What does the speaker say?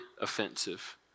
offensive